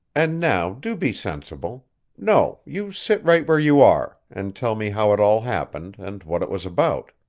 and now do be sensible no, you sit right where you are and tell me how it all happened, and what it was about.